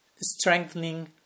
strengthening